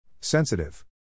Sensitive